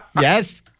Yes